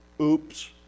oops